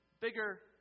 bigger